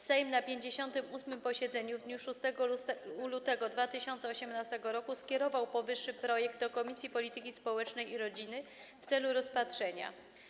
Sejm na 58. posiedzeniu w dniu 6 lutego 2018 r. skierował powyższy projekt do Komisji Polityki Społecznej i Rodziny w celu rozpatrzenia.